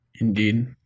indeed